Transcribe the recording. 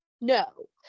no